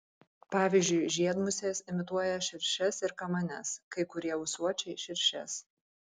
pavyzdžiui žiedmusės imituoja širšes ir kamanes kai kurie ūsuočiai širšes